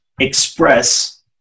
express